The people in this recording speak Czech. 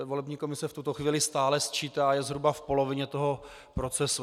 Volební komise v tuto chvíli stále sčítá, je zhruba v polovině toho procesu.